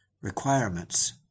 requirements